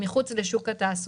מחוץ לשוק התעסוקה.